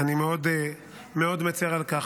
אני מאוד מצר על כך,